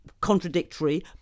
contradictory